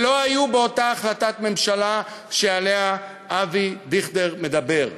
שלא היו באותה החלטת ממשלה שעליה אבי דיכטר מדבר.